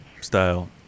style